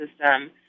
system